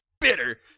bitter